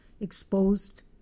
exposed